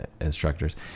instructors